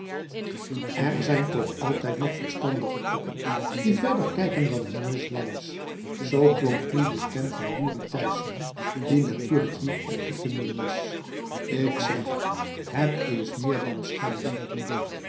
er zijn toch altijd nog verstandige koppen die verder kijken dan hun neus lang is dus klonk nu de stem van jurrie thijsz die natuurlijk hier ook te vinden was ik zeg het is meer dan schande